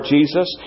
Jesus